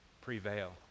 prevail